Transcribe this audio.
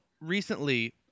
recently